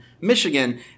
Michigan